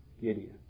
Gideon